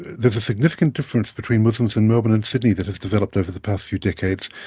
there's a significant difference between muslims in melbourne and sydney that has developed over the past few decades.